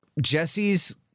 Jesse's